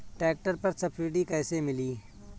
Tractor पर subsidy कैसे मिली?